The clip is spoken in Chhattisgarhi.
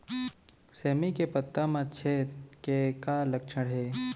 सेमी के पत्ता म छेद के का लक्षण हे?